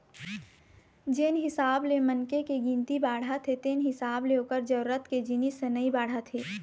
जेन हिसाब ले मनखे के गिनती बाढ़त हे तेन हिसाब ले ओखर जरूरत के जिनिस ह नइ बाढ़त हे